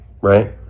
right